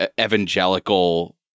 evangelical